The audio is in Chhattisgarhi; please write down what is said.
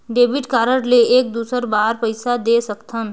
डेबिट कारड ले एक दुसर बार पइसा दे सकथन?